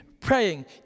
praying